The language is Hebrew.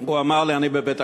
הוא אמר לי, אני בבית-הכנסת.